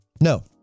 No